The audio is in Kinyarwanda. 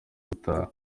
gutaha